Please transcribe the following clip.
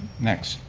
next,